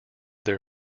their